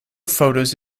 photos